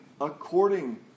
according